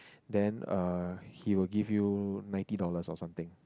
then uh he will give you ninety dollars or something